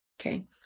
Okay